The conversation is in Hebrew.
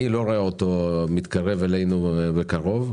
אני לא מתקרב אלינו בקרוב,